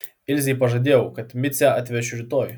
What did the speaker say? ilzei pažadėjau kad micę atvešiu rytoj